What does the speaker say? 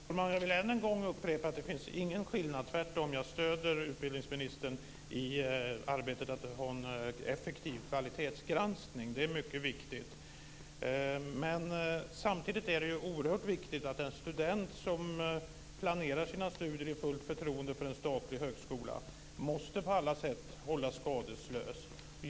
Fru talman! Jag vill än en gång upprepa att det inte finns någon skillnad. Jag stöder utbildningsministern i arbetet med en effektiv kvalitetsgranskning. Det är mycket viktigt. Samtidigt är det oerhört viktigt att en student som planerat sin utbildning i fullt förtroende för en statlig högskola på alla sätt hålls skadeslös.